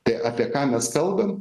tai apie ką mes kalbam